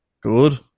good